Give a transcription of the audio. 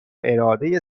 اراده